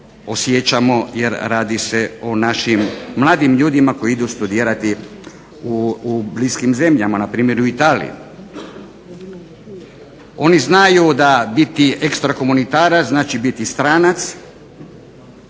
osjećamo jer radi se o našim mladim ljudima koji idu studirati u bliskim zemljama, npr. u Italiju. Oni znaju da biti extracommunaitaire znači biti stranac